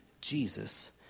Jesus